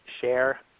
share